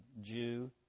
Jew